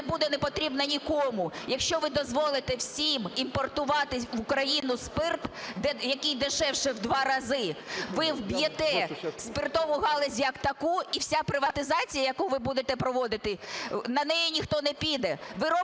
буде не потрібна нікому. Якщо ви дозволите всім імпортувати в Україну спирт, який дешевше в 2 рази, ви вб'єте спиртову галузь як таку, і вся приватизація, яку ви будете проводити, на неї ніхто не піде.